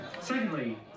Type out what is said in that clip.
Secondly